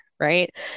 Right